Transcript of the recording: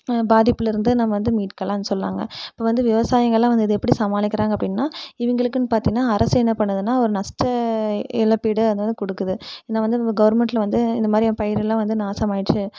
பாதிப்புலேருந்து நம்ம வந்து மீட்கலாம்னு சொல்லலாங்க இப்போது வந்து விவசாயிகள்லாம் வந்து இதை எப்படி சமாளிக்கிறாங்கள் அப்படின்னா இவங்களுக்குன்னு பார்த்தீன்னா அரசு என்ன பண்ணுதுன்னால் நஷ்ட இழப்பீடு அது வந்து கொடுக்குது இதை வந்து நம்ம கவர்மெண்ட்ல வந்து இந்தமாதிரி பயிர்லாம் வந்து நாசமாயிடுச்சு